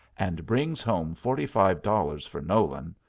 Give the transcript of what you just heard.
and brings home forty-five dollars for nolan,